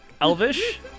Elvish